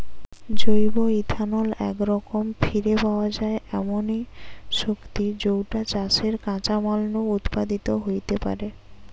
জৈব ইথানল একরকম ফিরে পাওয়া যায় এমনি শক্তি যৌটা চাষের কাঁচামাল নু উৎপাদিত হেইতে পারে